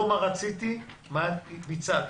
לא מה רציתי אלא מה ביצעתי,